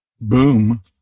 boom